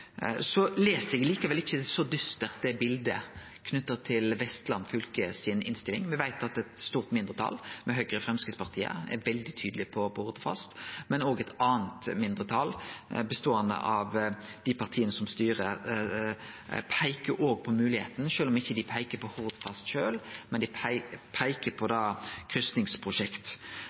les likevel ikkje bildet så dystert knytt til innstillinga til Vestland fylke. Me veit at eit stort mindretal, med Høgre og Framstegspartiet, er veldig tydelege på Hordfast. Men òg eit anna mindretal, som består av dei partia som styrer, peiker på den moglegheita. Sjølv om dei ikkje peiker på Hordfast sjølv, peiker dei på kryssingsprosjekt. Eg vil òg seie at det eg er mest ueinig i av det